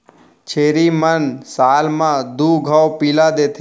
छेरी मन साल म दू घौं पिला देथे